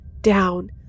down